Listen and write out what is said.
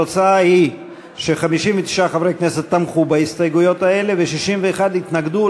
אך התוצאה היא ש-59 חברי כנסת תמכו בהסתייגויות האלה ו-61 התנגדו.